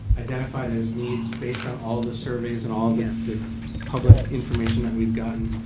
identified as needs based on all the service and all the public information that we've gotten.